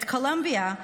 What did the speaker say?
At Columbia,